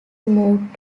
moved